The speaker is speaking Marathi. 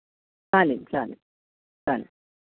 चालेल चालेल चालेल